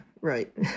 right